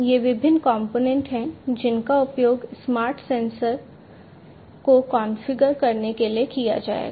ये विभिन्न कंपोनेंट हैं जिनका उपयोग स्मार्ट सेंसर को कॉन्फ़िगर करने के लिए किया जाएगा